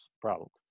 problems